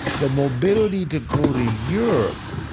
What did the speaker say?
the mobility to go to europe,